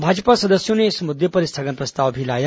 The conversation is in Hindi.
भाजपा सदस्यों ने इस मुद्दे पर स्थगन प्रस्ताव भी लाया